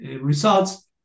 results